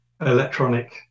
electronic